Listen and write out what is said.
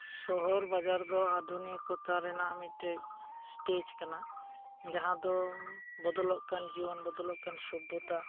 ᱥᱚᱦᱚᱨ ᱵᱟᱡᱟᱨ ᱫᱚ ᱟᱫᱷᱩᱱᱤᱠᱚᱛᱟ ᱨᱮᱭᱟᱜ ᱢᱤᱫᱴᱮᱱ ᱥᱴᱮᱡᱽ ᱠᱟᱱᱟ ᱡᱟᱦᱟᱸ ᱫᱚ ᱵᱚᱫᱚᱞᱚᱜ ᱠᱟᱱ ᱡᱤᱭᱚᱱ ᱵᱚᱫᱚᱞᱚᱜ ᱠᱟᱱ ᱥᱚᱵᱽᱵᱷᱚᱛᱟ